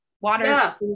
water